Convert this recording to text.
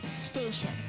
station